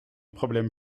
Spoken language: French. problème